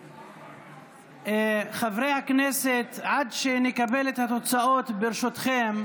הכנסת, עד שנקבל את התוצאות, ברשותכם,